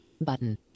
button